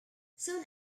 soon